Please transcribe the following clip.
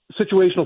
situational